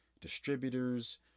distributors